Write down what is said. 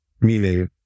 Meaning